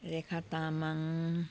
Rekha Tamang